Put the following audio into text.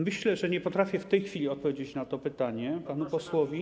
Myślę, że nie potrafię w tej chwili odpowiedzieć na to pytanie panu posłowi.